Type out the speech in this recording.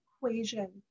equation